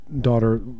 daughter